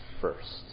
first